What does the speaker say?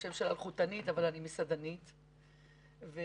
המסעדות והמסעדנים,